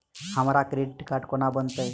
हमरा credit card कोना बनतै?